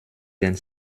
den